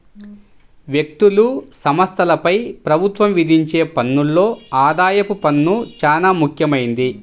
వ్యక్తులు, సంస్థలపై ప్రభుత్వం విధించే పన్నుల్లో ఆదాయపు పన్ను చానా ముఖ్యమైంది